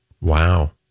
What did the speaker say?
Wow